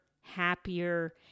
happier